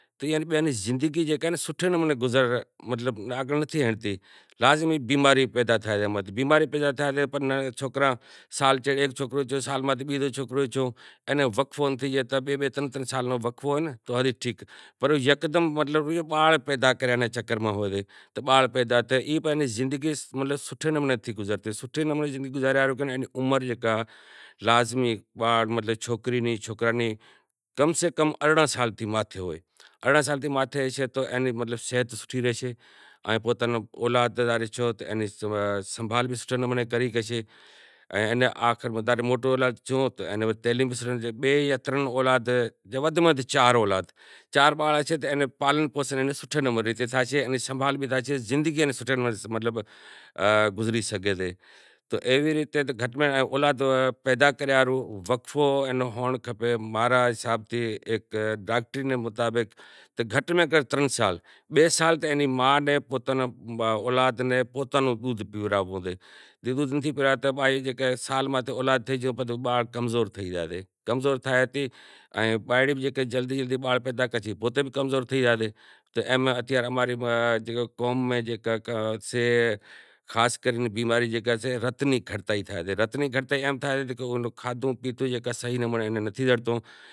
تو اینا نی زندگی سوٹھے نمونے نتھی گزرے بیماری تھئی زائیں۔ پندرانہں سال نی عمر میں یا سوراینہں سال نی عمر میں کریں سے تو وساریاں نیں ای بھی خبر ناں سے کہ تماں نی عمر کتلی شے تو گھٹ ماں گھٹ ارڑانہں سال تھیں ماتھے ہوئینڑ کھپے کہ پورے سنسار نی بھی ایناں خبر پڑے کہ چیوی ریت اوٹھنڑو سے چیوی ریت بیہنڑو سے اماں رو اولاد ٹھائیے نیں جیکا عمر سےاہا ہوئنڑ لازمی سے تو ننڈھے ہوندے نی شادی کرانڑ ناں کھپے ایناں پوتاں نیں خبر ہوئنڑ کھپے کہ شادی نی عمر ارڑینہں سال تھیں ماتھے ہوئنڑ کھپے۔ لازمی خبر راکھنڑی پڑے کہ تاں نو اولاد تھیشے ان اینی پالنڑ پوشنڑ کرسے او صحیح نمونے کرسے۔ ای وات بھ نوٹ کرنڑ جیوی سے کہ سوکری بھی ننکو ان سوکرو بھی ننکو تو روٹی بھی زڑے لگڑاں بھی ٹیم ماتھے زڑیں۔ تو ایوی ریت اماں نے دھرم نیں جانڑ لازمی ہوئنڑ کھپے۔ جیکا خاص کرے بیماری زیکا سے رت نی گھٹتائی تھیسے کھاد خوراک صحیح ناں زڑشے تو ای وجہ سے۔